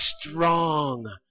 strong